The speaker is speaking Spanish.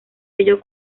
ello